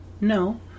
no